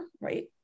right